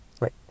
Right